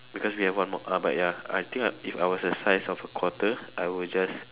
because we have one more ah but ya I think if I was a size of a quarter I would just